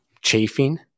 chafing